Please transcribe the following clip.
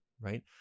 right